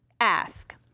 ask